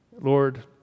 Lord